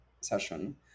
session